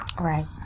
Right